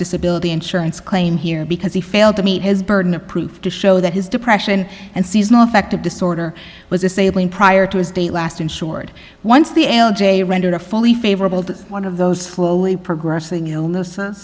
disability insurance claim here because he failed to meet his burden of proof to show that his depression and seasonal affective disorder was assailing prior to his date last insured once the l j rendered a fully favorable to one of those slowly progressing illness